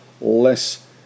less